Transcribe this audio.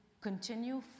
continue